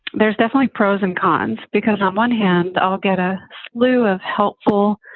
there's definitely pros and cons because on one hand, i'll get a slew of helpful,